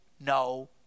no